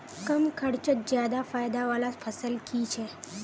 कम खर्चोत ज्यादा फायदा वाला फसल की छे?